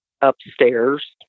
upstairs